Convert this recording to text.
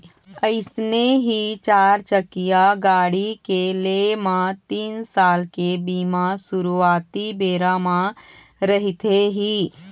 अइसने ही चारचकिया गाड़ी के लेय म तीन साल के बीमा सुरुवाती बेरा म रहिथे ही